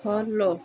follow